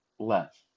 left